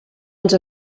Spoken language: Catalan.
ens